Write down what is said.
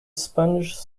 sponge